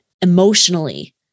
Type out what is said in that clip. emotionally